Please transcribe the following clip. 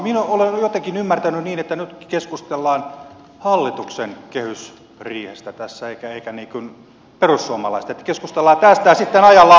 minä olen jotenkin ymmärtänyt niin että nyt keskustellaan hallituksen kehysriihestä tässä eikä perussuomalaisten niin että keskustellaan tästä sitten ajallaan